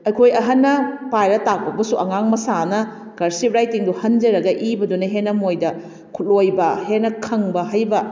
ꯑꯩꯈꯣꯏ ꯑꯍꯟꯅ ꯄꯥꯏꯔ ꯇꯥꯛꯄꯕꯨꯁꯨ ꯑꯉꯥꯡ ꯃꯁꯥꯅ ꯀꯔꯁꯤꯞ ꯋ꯭ꯔꯥꯏꯇꯤꯡꯗꯨ ꯍꯟꯖꯔꯒ ꯏꯕꯗꯨꯅ ꯍꯦꯟꯅ ꯃꯣꯏꯗ ꯈꯨꯠꯂꯣꯏꯕ ꯍꯦꯟꯅ ꯈꯪꯕ ꯍꯩꯕ